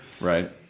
right